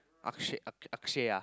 Akshay Akshay ah